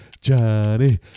Johnny